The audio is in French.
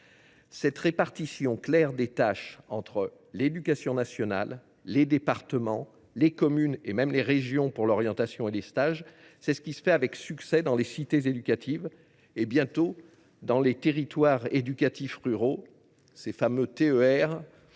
Cette répartition claire des tâches entre l’éducation nationale, les départements, les communes et même les régions pour l’orientation et les stages fonctionne déjà dans les cités éducatives ; bientôt, elle s’appliquera dans les territoires éducatifs ruraux, ces fameux TER